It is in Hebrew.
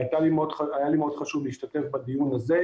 והיה לי מאוד חשוב להשתתף בדיון הזה.